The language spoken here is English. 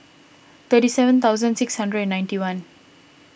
thirty seven thousand six hundred and ninety one